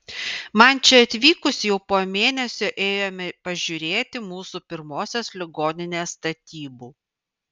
man čia atvykus jau po mėnesio ėjome pažiūrėti mūsų pirmosios ligoninės statybų